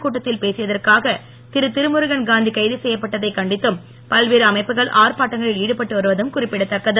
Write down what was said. கூட்டத்தில் பேசியதற்காக திருதிருமுருகன் காந்தி கைது செய்யப்பட்டதைக் கண்டித்தும் பல்வேறு அமைப்புகள் ஆர்ப்பாட்டங்களில் ஈடுபட்டு வருவதும் குறிப்பிடத்தக்கது